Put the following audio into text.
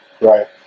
Right